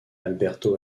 alberto